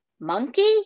Monkey